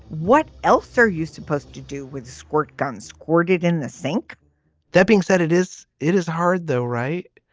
what else are you supposed to do with squirt guns squirted in the sink that being said it is it is hard though right.